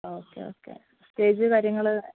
okay okay stage കാര്യങ്ങള്